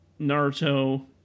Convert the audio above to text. Naruto